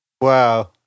Wow